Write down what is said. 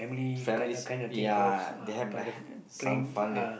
families ya they have uh like some fun in